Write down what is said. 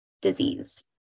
disease